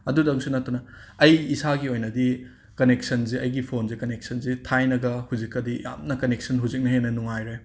ꯑꯗꯨꯗꯪꯁꯨ ꯅꯠꯇꯅ ꯑꯩ ꯏꯁꯥꯒꯤ ꯑꯣꯏꯅꯗꯤ ꯀꯅꯦꯛꯁꯟꯁꯦ ꯑꯩꯒꯤ ꯐꯣꯟꯁꯦ ꯀꯅꯦꯛꯁꯟꯁꯦ ꯊꯥꯏꯅꯒ ꯍꯧꯖꯤꯛꯀꯗꯤ ꯌꯥꯝꯅ ꯀꯅꯦꯛꯁꯟ ꯍꯧꯖꯤꯛꯅ ꯍꯦꯟꯅ ꯅꯨꯡꯉꯥꯏꯔꯦ